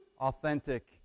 authentic